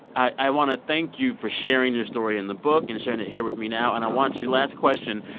i want to thank you for sharing your story in the book and sharing it here with me now. and i want you to last question.